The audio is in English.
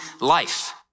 life